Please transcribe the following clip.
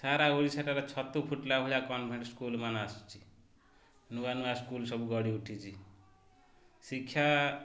ସାରା ଓଡ଼ିଶାଟାରେ ଛତୁ ଫୁଟିଲା ଭଳିଆ କନଭେଣ୍ଟ ସ୍କୁଲ୍ମାନ ଆସୁଛି ନୂଆ ନୂଆ ସ୍କୁଲ୍ ସବୁ ଗଢ଼ି ଉଠିଛି ଶିକ୍ଷା